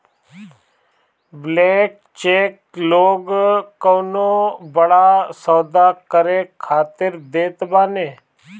blank cheque लोग कवनो बड़ा सौदा करे खातिर देत बाने